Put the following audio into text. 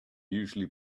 usually